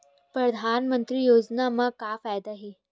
परधानमंतरी योजना म का फायदा?